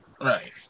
Right